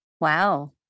Wow